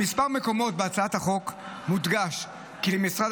4. במספר מקומות בהצעת החוק מודגש כי למשרד